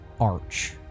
arch